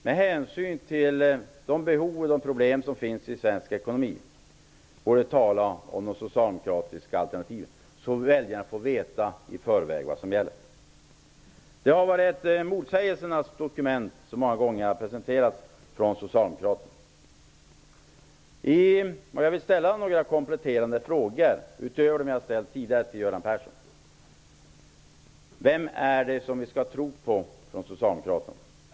Med hänsyn till de behov och de problem som finns i svensk ekonomi borde Göran Persson tala om de socialdemokratiska alternativen, så att väljarna får veta i förväg vad som gäller. Det har många gånger varit ett motsägelsernas dokument som har presenterats av socialdemokrater. Jag vill ställa några kompletterande frågor till Göran Persson: Vem skall vi tro på från Socialdemokraterna?